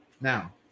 Now